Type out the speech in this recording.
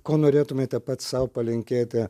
ko norėtumėte pats sau palinkėti